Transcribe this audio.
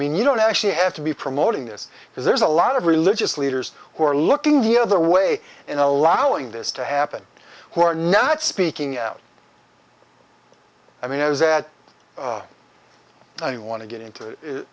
mean you don't actually have to be promoting this because there's a lot of religious leaders who are looking the other way and allowing this to happen who are not speaking out i mean is that i don't want to get into